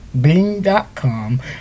Bing.com